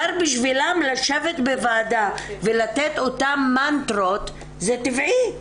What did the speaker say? בשבילם לשבת בוועדה ולתת אותן מנטרות זה טבעי.